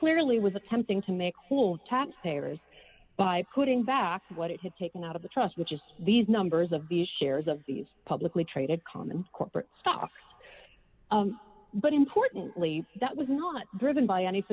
clearly was attempting to make fools taxpayers by putting back what it had taken out of the trust which is these numbers of the shares of these publicly traded common corporate stocks but importantly that was not driven by any